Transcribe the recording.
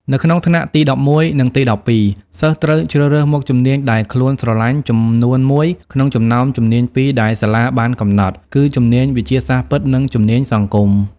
នៅក្នុងថ្នាក់ទី១១ និងទី១២ សិស្សត្រូវជ្រើសរើសមុខជំនាញដែលខ្លួនស្រលាញ់ចំនួនមួយក្នុងចំណោមជំនាញពីរដែលសាលាបានកំណត់ គឺជំនាញវិទ្យាសាស្ត្រពិត និងជំនាញសង្គម។